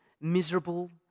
miserable